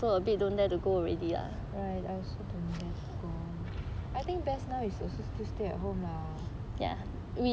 right I also don't dare to go I think best now is also still stay at home